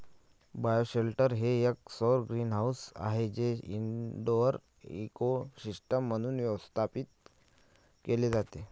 bioshelter हे एक सौर ग्रीनहाऊस आहे जे इनडोअर इकोसिस्टम म्हणून व्यवस्थापित केले जाते